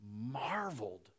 marveled